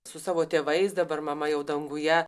su savo tėvais dabar mama jau danguje